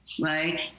right